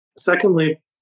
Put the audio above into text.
Secondly